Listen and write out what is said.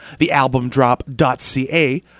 thealbumdrop.ca